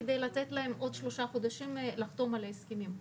כדי לתת להם עוד שלושה חודשים לחתום על ההסכמים.